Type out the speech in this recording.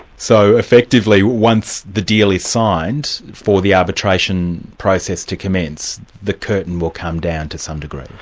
so effectively, once the deal is signed for the arbitration process to commence, the curtain will come down, to some degree?